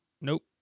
Nope